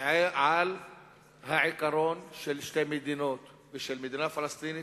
על העיקרון של שתי מדינות ושל מדינה פלסטינית